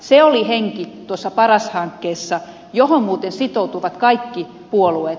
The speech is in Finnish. se oli henki tuossa paras hankkeessa johon muuten sitoutuivat kaikki puolueet